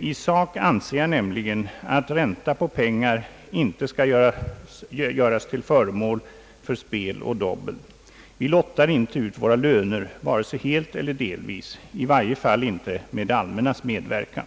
I sak anser jag nämligen att ränta på pengar inte skall göras till föremål för spel och dobbel. Vi lottar inte ut våra löner vare sig helt eller delvis, i varje fall inte med det allmännas medverkan.